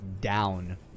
down